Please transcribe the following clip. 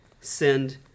Send